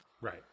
Right